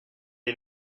est